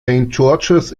george’s